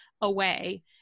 away